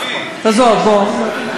עזוב, בוא.